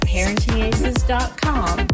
ParentingAces.com